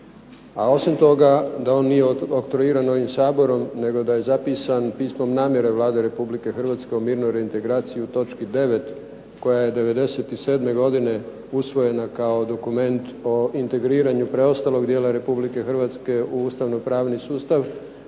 A osim toga da on nije oktroiran ovim Saborom nego da je zapisan pismom namjere Vlade RH o mirnoj reintegraciji u točki 9. koja je '97. godine usvojena kao dokument o integriranju preostalog dijela RH u ustavno-pravni sustav